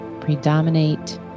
predominate